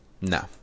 No